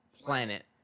planet